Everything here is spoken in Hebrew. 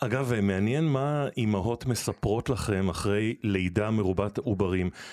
אגב, מעניין מה אמהות מספרות לכם אחרי לידה מרובת עוברים.